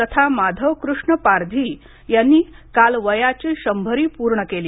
तथा माधव कृष्ण पारधी यांनी काल वयाची शंभरी पूर्ण केली